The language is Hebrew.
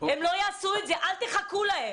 אל תחכו להן.